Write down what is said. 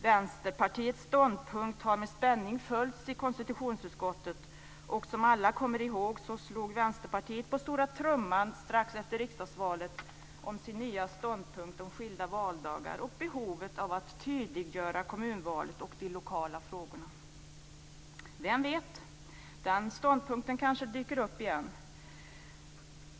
Vänsterpartiets ståndpunkt har med spänning följts i konstitutionsutskottet, och som alla kommer ihåg så slog Vänsterpartiet på stora trumman strax efter riksdagsvalet för sin nya ståndpunkt om skilda valdagar och behovet av att tydliggöra kommunvalet och de lokala frågorna. Vem vet: Den ståndpunkten kanske dyker upp igen!